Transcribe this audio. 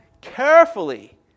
carefully